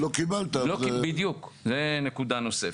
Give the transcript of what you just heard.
לא קיבלת --- בדיוק, זו נקודה נוספת.